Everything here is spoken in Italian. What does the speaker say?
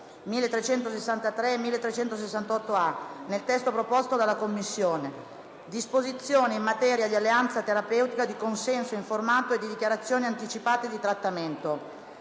1363 e 1368, nel testo emendato, con il seguente titolo: «Disposizioni in materia di alleanza terapeutica, di consenso informato e di dichiarazioni anticipate di trattamento»,